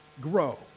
grow